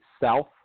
south